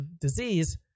disease